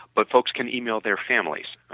but folks can email their families.